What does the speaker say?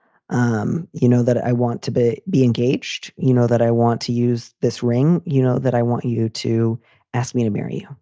um you know that i want to be be engaged. you know that i want to use this ring. you know that. i want you to ask me to marry you.